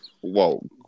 Whoa